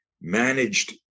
managed